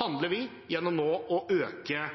handler vi, gjennom nå å øke